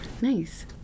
Nice